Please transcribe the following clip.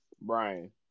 Brian